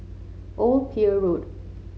Old Pier Road